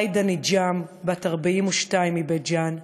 ראידה ניג'אם, בת 42, מבית-ג'ן,